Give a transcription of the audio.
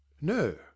No